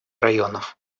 районов